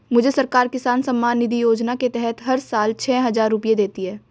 मुझे सरकार किसान सम्मान निधि योजना के तहत हर साल छह हज़ार रुपए देती है